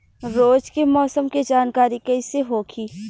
रोज के मौसम के जानकारी कइसे होखि?